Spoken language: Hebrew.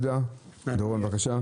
יהודה דורון, בבקשה.